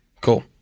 Cool